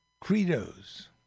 credos